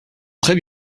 très